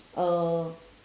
uh